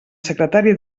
secretari